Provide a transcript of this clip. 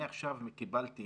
אני עכשיו קיבלתי